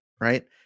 Right